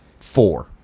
four